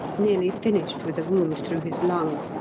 nearly finished with a wound through his lung.